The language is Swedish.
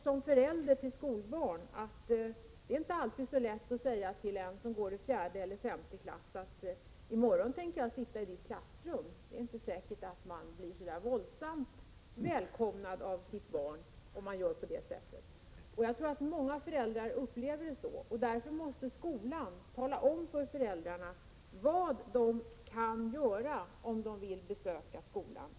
Som förälder till skolbarn vet jag att det inte alltid är så lätt att till barn som går i fjärde eller femte klass säga att man i morgon tänker sitta i barnets klassrum. Det är inte säkert att man som förälder alltid blir så där våldsamt positivt välkomnad av sitt barn. Jag tror att det är många föräldrar som upplever det så. Därför måste skolan tala om för föräldrarna vad de kan göra om de vill besöka skolan.